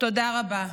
תודה רבה.